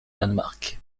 danemark